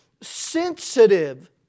sensitive